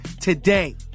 today